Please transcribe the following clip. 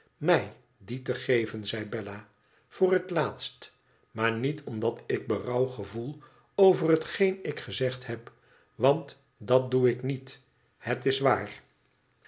mij die te geven zei bella voor het laatst maar niet omdat ik berouw gevoel over hetgeen ik gezegd heb want dat doe ik niet het is waar